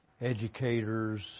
educators